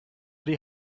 die